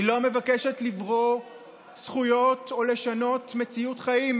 היא לא מבקשת לברור זכויות או לשנות מציאות חיים